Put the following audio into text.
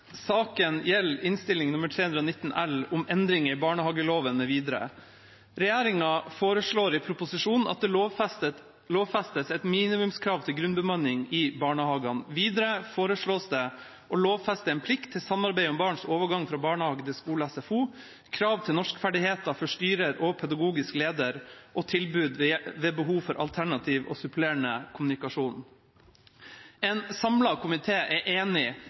Saken gjelder Innst. 319 L for 2017–2018, om endringer i barnehageloven mv. Regjeringa foreslår i proposisjonen at det lovfestes et minimumskrav til grunnbemanning i barnehagene. Videre foreslås det å lovfeste en plikt til samarbeid om barns overgang fra barnehage til skole og SFO, krav til norskferdigheter for styrer og pedagogisk leder, og tilbud ved behov for alternativ og supplerende kommunikasjon. En samlet komité er enig